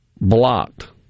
blocked